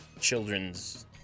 children's